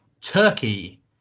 Turkey